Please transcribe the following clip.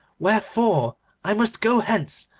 wherefore i must go hence,